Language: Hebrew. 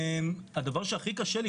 הדבר שהכי קשה לי,